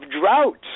drought